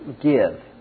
give